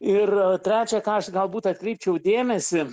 ir trečia ką aš galbūt atkreipčiau dėmesį